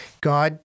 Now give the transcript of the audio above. god